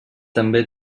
també